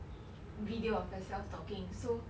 video of yourself talking so